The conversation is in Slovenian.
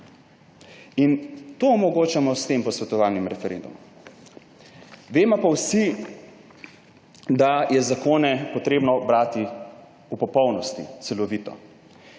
In to omogočamo s tem posvetovalnim referendumom. Vemo pa vsi, da je zakone treba brati v popolnosti, celovito.